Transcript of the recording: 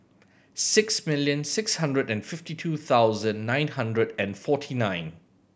six million six hundred and fifty two thousand nine hundred and forty nine